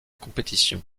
compétition